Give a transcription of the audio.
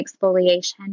exfoliation